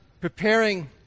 preparing